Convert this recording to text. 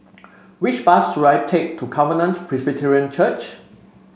which bus should I take to Covenant Presbyterian Church